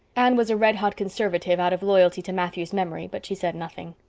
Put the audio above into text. anne was a red-hot conservative, out of loyalty to matthew's memory, but she said nothing.